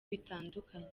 bitandukanye